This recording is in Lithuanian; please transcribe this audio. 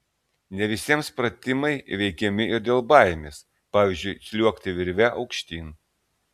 ne visiems pratimai įveikiami ir dėl baimės pavyzdžiui sliuogti virve aukštyn